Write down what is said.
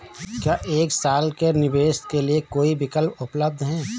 क्या एक साल के निवेश के लिए कोई विकल्प उपलब्ध है?